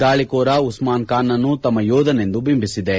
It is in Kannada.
ದಾಳಕೋರ ಉಸ್ನಾನ್ ಖಾನ್ನನ್ನು ತಮ್ಮ ಯೋಧನೆಂದು ಬಿಂಬಿಸಿವೆ